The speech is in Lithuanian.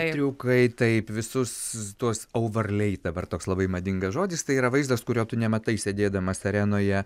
triukai taip visus tuos ouvarlei dabar toks labai madingas žodis tai yra vaizdas kurio tu nematai sėdėdamas arenoje